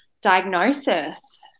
diagnosis